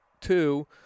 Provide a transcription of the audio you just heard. two